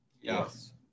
Yes